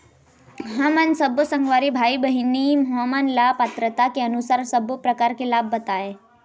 हमन सब्बो संगवारी भाई बहिनी हमन ला पात्रता के अनुसार सब्बो प्रकार के लाभ बताए?